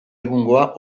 egungoa